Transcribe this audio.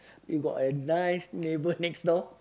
you got a nice neighbour next door